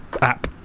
app